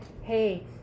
hey